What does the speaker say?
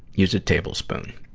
use a tablespoon.